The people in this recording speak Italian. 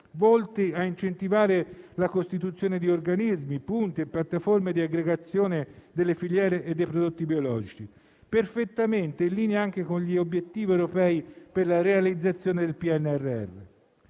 volti a incentivare la costituzione di organismi, punti e piattaforme di aggregazione delle filiere e dei prodotti biologici, perfettamente in linea con gli obiettivi europei per la realizzazione del PNRR.